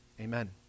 Amen